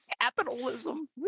Capitalism